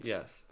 Yes